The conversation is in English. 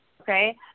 okay